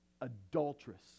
adulteress